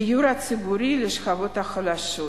דיור ציבורי לשכבות החלשות,